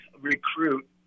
recruit